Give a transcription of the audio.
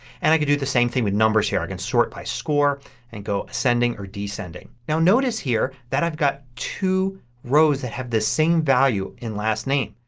and i could do the same thing with numbers here. i can sort by score and go ascending or descending. now notice here that i've got two rows that have the same value in the last name.